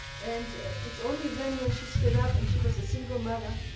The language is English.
and it's only then when she split up and she was a single mother,